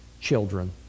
children